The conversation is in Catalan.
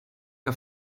que